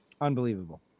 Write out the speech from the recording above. Unbelievable